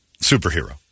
superhero